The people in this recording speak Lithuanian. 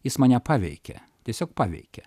jis mane paveikė tiesiog paveikė